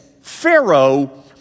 Pharaoh